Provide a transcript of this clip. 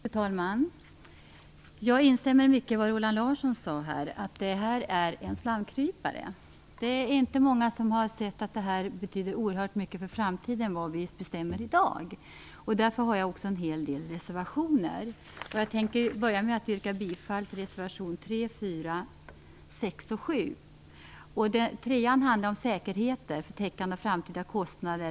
Fru talman! Jag instämmer i mycket av vad Roland Larsson sade. Det här är en slamkrypare. Det är inte många som har insett att det vi bestämmer i dag betyder oerhört mycket för framtiden. Därför har jag också en hel del reservationer. Jag tänker börja med att yrka bifall till reservationerna 3, 4, 6 och 7. Reservation 3 handlar om säkerheter för täckande av framtida kostnader.